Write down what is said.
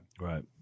right